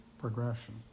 progression